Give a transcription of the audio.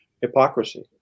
hypocrisy